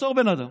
לעצור בן אדם